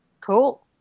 cool